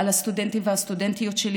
על הסטודנטים והסטודנטיות שלי